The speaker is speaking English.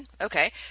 Okay